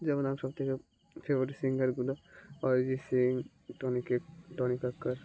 যেমন আমার সবথেকে ফেভারিট সিঙ্গার হলো অরিজিৎ সিং টনি কে টনি কক্কর